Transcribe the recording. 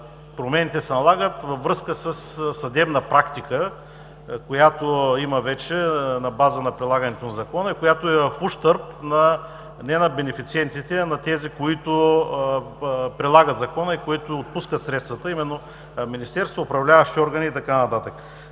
промените се налагат във връзка със съдебна практика, която има вече на база на прилагането на Закона и която е в ущърб не на бенефициентите, а на тези, които прилагат Закона и които отпускат средствата – именно Министерството, управляващите органи и така нататък.